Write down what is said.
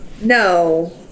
no